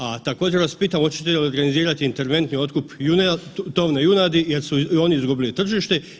A također vas pitam hoćete li organizirati interventni otkup tovne junadi jer su i oni izgubili tržište?